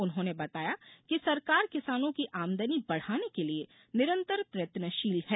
उन्होंने बताया कि सरकार किसानों की आमदानी बढ़ाने के लिए निरन्तर प्रयत्नशील है